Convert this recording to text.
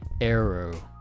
Arrow